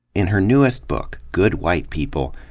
in her newest book, good white people,